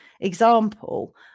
example